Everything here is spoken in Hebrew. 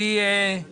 אנחנו